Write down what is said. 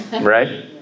right